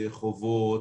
חובות,